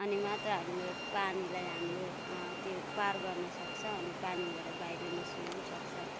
अनि मात्र हामीले पानीलाई हामीले त्यो पार गर्नसक्छ अनि पानीबाट बाहिर निस्किन पनि सक्छ